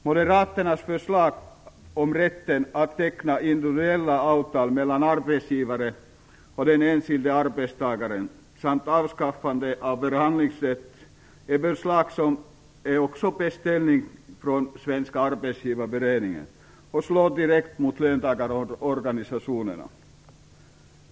Moderaternas förslag om rätten att teckna individuella avtal mellan arbetsgivare och den enskilde arbetstagaren samt avskaffande av förhandlingsrätt är beställning från Svenska arbetsgivareföreningen och slår direkt mot löntagarorganisationerna.